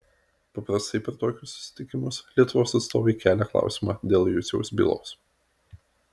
paprastai per tokius susitikimus lietuvos atstovai kelia klausimą dėl juciaus bylos